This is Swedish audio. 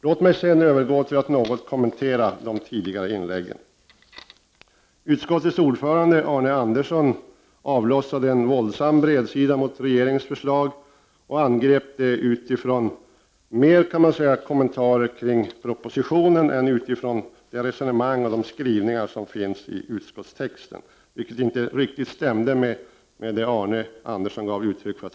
Låt mig sedan övergå till att något kommentera de tidigare inläggen. Utskottets ordförande, Arne Andersson i Ljung, avlossade en våldsam bredsida mot regeringens förslag och angrep det mer med utgångspunkt i kommentarer till propositionen än utifrån det resonemang som finns i utskottstexten, vilket inte riktigt stämde med vad han sagt att han skulle göra.